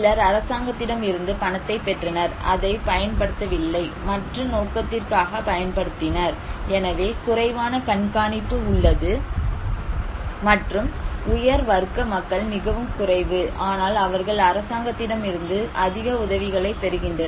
சிலர் அரசாங்கத்திடமிருந்து பணத்தை பெற்றனர் அதை பயன்படுத்தவில்லை மற்ற நோக்கத்திற்காக பயன்படுத்தினர் எனவே குறைவான கண்காணிப்பு உள்ளது மற்றும் உயர் வர்க்க மக்கள் மிகவும் குறைவு ஆனால் அவர்கள் அரசாங்கத்திடமிருந்து அதிக உதவிகளைப் பெறுகின்றனர்